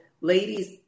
ladies